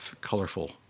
colorful